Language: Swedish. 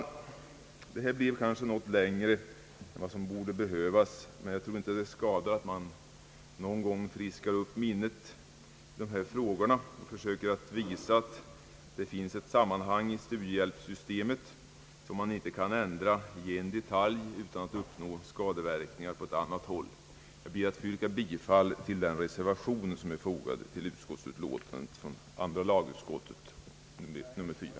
Detta anförande blev kanske något längre än vad som borde behövas, men jag tror inte det skadar att man någon gång friskar upp minnet i dessa frågor och försöker visa att det finns ett sammanhang i studiehjälps systemet och att man inte kan ändra en detalj i detta utan att åstadkomma skadeverkningar på ett annat håll. Jag ber att få yrka bifall till den reservation som är fogad till andra lagutskottets utlåtande nr 4.